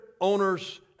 owners